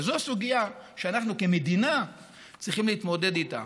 וזו סוגיה שאנחנו כמדינה צריכים להתמודד איתה.